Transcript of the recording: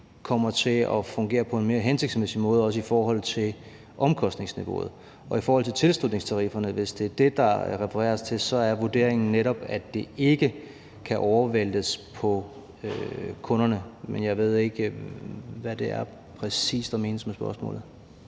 kommer til at fungere på en mere hensigtsmæssig måde også i forhold til omkostningsniveauet. I forhold til tilslutningstarifferne, hvis det er det, der refereres til, er vurderingen netop, at det ikke kan overvæltes på kunderne. Men jeg ved ikke, hvad det er, der præcis menes med spørgsmålet.